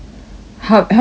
how how many years is